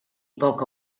poca